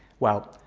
well,